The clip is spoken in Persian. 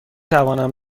توانم